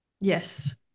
Yes